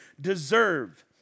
deserve